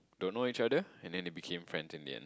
don't know each other and then they became friends in the end